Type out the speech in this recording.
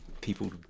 people